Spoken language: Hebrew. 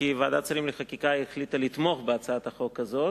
כי ועדת השרים לחקיקה החליטה לתמוך בהצעת החוק הזאת,